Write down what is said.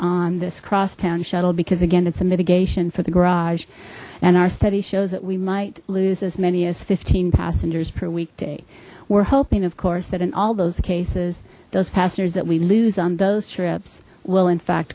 on this crosstown shuttle because again it's a mitigation for the garage and our study shows that we might lose as many as fifteen passengers per weekday we're hoping of course that in all those cases those passengers that we lose on those trips will in fact